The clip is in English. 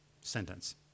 sentence